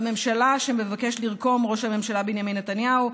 בממשלה שמבקש לרקום ראש הממשלה בנימין נתניהו,